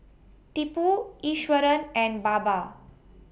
Tipu Iswaran and Baba